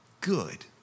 good